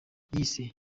yise